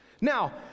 Now